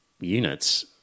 units